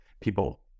people